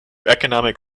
economic